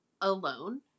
alone